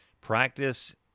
practice